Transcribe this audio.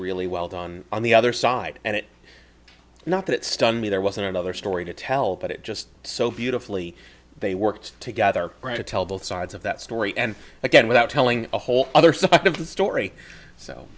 really well done on the other side and it not that stunned me there wasn't another story to tell but it just so beautifully they worked together to tell both sides of that story and again without telling a whole other side of the story so